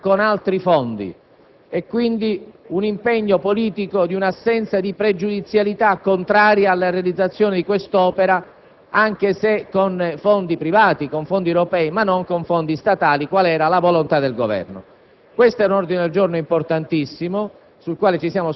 della possibilità che l'opera sia realizzata con altri fondi; quindi, un impegno politico di un'assenza di pregiudizialità contraria alla realizzazione di quest'opera, anche se con fondi privati, con fondi europei, ma non con fondi statali, quale era la volontà del Governo.